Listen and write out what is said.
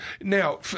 now